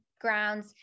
grounds